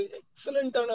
excellent